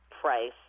price